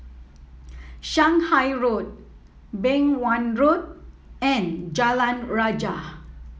Shanghai Road Beng Wan Road and Jalan Rajah